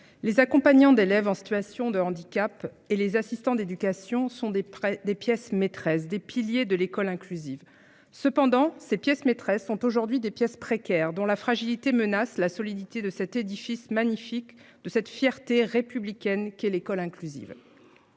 Les accompagnants d'élèves en situation de handicap et les assistants d'éducation sont des prêts, des pièces maîtresses des piliers de l'école inclusive. Cependant, ces pièces maîtresses sont aujourd'hui des pièces précaires dont la fragilité menace la solidité de cet édifice magnifique de cette fierté républicaine, l'école inclusive.